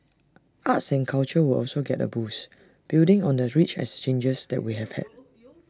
arts and culture will also get A boost building on the rich exchanges that we have had